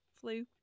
flu